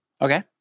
Okay